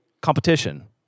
competition